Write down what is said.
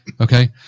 Okay